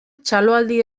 txaloaldi